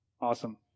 Awesome